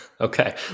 Okay